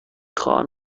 خواهم